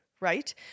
right